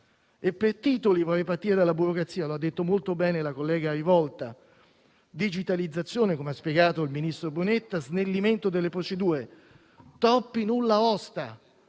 Per titoli, vorrei partire dalla burocrazia. Lo ha detto molto bene la collega Rivolta: digitalizzazione e, come ha spiegato il ministro Brunetta, snellimento delle procedure. Troppi nulla osta,